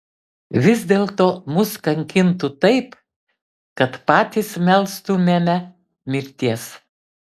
vis dėlto mus kankintų taip kad patys melstumėme mirties